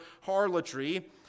harlotry